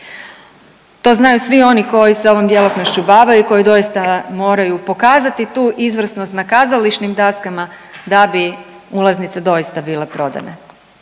To znaju svi oni koji se ovom djelatnošću bave i koji doista moraju pokazati tu izvrsnost na kazališnim daskama da bi ulaznice doista bile prodane